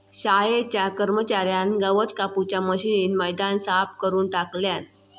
शाळेच्या कर्मच्यार्यान गवत कापूच्या मशीनीन मैदान साफ करून टाकल्यान